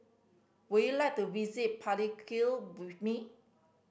would you like to visit Palikir with me